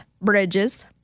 Bridges